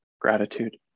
gratitude